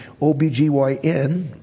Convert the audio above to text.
OBGYN